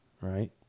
right